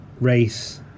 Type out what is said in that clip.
race